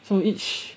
so each